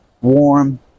warm